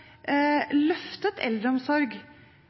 løftet eldreomsorg